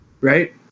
right